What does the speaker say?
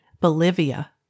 Bolivia